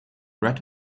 red